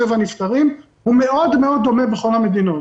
והנפטרים הוא מאוד מאוד דומה בכל המדינות.